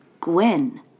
Gwen